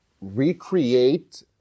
recreate